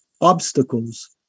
obstacles